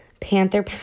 Panther